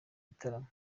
gitaramo